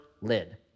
lid